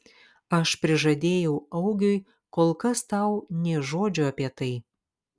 aš prižadėjau augiui kol kas tau nė žodžio apie tai